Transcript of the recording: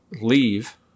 leave